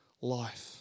life